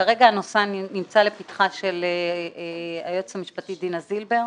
כרגע הנושא נמצא לפתיחה של היועצת המשפטית דינה זילבר,